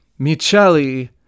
Micheli